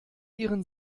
ihren